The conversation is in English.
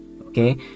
Okay